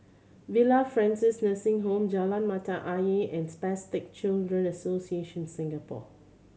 Villa Francis Nursing Home Jalan Mata Ayer and Spastic Children Association Singapore